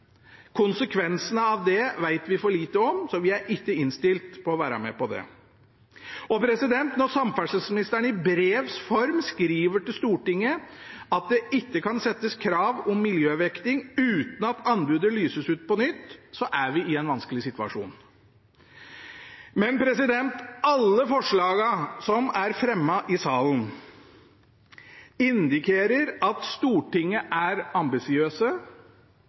av det vet vi for lite om, så vi er ikke innstilt på å være med på det. Når samferdselsministeren i brevs form skriver til Stortinget at det ikke kan stilles krav om miljøvekting uten at anbudet lyses ut på nytt, er vi i en vanskelig situasjon. Men alle forslagene som er fremmet i salen, indikerer at Stortinget er